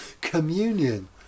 communion